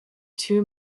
two